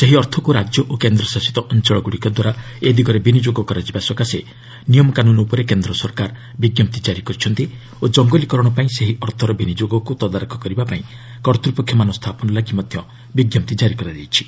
ସେହି ଅର୍ଥକୁ ରାଜ୍ୟ ଓ କେନ୍ଦ୍ରଶାସିତ ଅଞ୍ଚଳଗୁଡ଼ିକଦ୍ୱାରା ଏଦିଗରେ ବିନିଯୋଗ କରାଯିବା ସକାଶେ ନିୟମକାନୁନ୍ ଉପରେ କେନ୍ଦ୍ର ସରକାର ବିଜ୍ଞପ୍ତି କାରି କରିଛନ୍ତି ଓ କଙ୍ଗଲୀକରଣପାଇଁ ସେହି ଅର୍ଥର ବିନିଯୋଗକୁ ତଦାରଖ କରିବାଲାଗି କର୍ତ୍ତ୍ୱପକ୍ଷମାନ ସ୍ଥାପନ ଲାଗି ମଧ୍ୟ ବିଞ୍ଜପ୍ତି କାରି କରିଛନ୍ତି